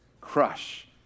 Crush